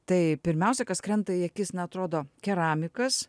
tai pirmiausia kas krenta į akis na atrodo keramikas